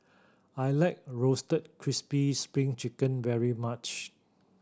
I like Roasted Crispy Spring Chicken very much